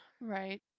Right